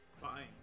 fine